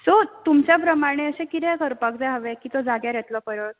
so तुमच्या प्रमाणे अशें किरें करपाक जाय हांवें की तो जाग्यार येतलो परत